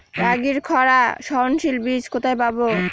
রাগির খরা সহনশীল বীজ কোথায় পাবো?